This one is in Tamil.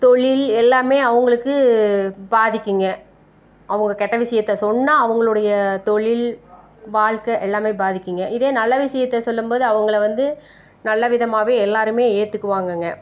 தொழில் எல்லாமே அவங்களுக்கு பாதிக்குங்க அவங்க கெட்ட விஷயத்த சொன்னால் அவங்களுடைய தொழில் வாழ்க்கை எல்லாமே பாதிக்குதுங்க இதே நல்ல விஷயத்த சொல்லும் போது அவங்கள வந்து நல்ல விதமாகவே எல்லோருமே ஏற்றுக்குவாங்கங்க